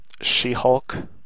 She-Hulk